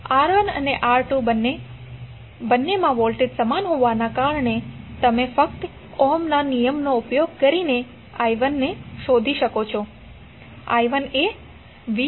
R1 અને R2 બંનેમાં voltage સમાન હોવાને કારણે તમે ફક્ત ઓહ્મના નિયમનો ઉપયોગ કરીને i1 શોધી શકો છો i1 એ vR1 છે